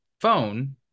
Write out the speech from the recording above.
phone